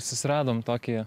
susiradom tokį